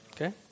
Okay